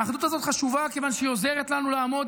האחדות הזאת חשובה כיוון שהיא עוזרת לנו לעמוד